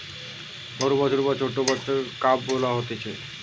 গরুর বাছুর বা ছোট্ট বাচ্চাকে কাফ বলা হতিছে